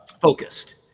focused